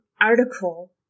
article